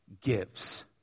gives